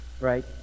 Right